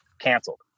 canceled